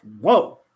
whoa